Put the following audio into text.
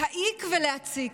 להעיק ולהציק.